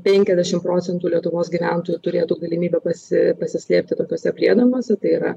penkiasdešimt procentų lietuvos gyventojų turėtų galimybę pasi pasislėpti tokiose priedangose tai yra